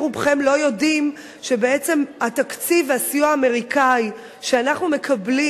רובכם לא יודעים שבעצם התקציב והסיוע האמריקאי שאנחנו מקבלים